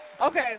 okay